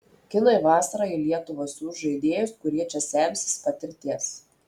kinai vasarą į lietuvą siųs žaidėjus kurie čia semsis patirties